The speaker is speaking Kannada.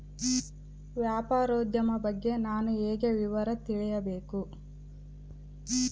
ವ್ಯಾಪಾರೋದ್ಯಮ ಬಗ್ಗೆ ನಾನು ಹೇಗೆ ವಿವರ ತಿಳಿಯಬೇಕು?